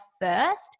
first